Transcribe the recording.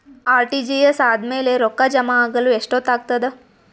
RTGS ಆದ್ಮೇಲೆ ರೊಕ್ಕ ಜಮಾ ಆಗಲು ಎಷ್ಟೊತ್ ಆಗತದ?